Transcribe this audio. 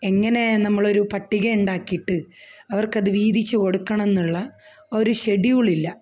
എങ്ങനെ നമ്മളൊരു പട്ടിക ഉണ്ടാക്കിയിട്ട് അവർക്കത് വീതിച്ച് കൊടുക്കണമെന്നുള്ള ഒരു ഷെഡ്യൂളില്ല